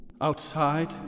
Outside